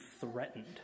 threatened